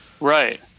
Right